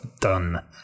done